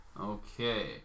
Okay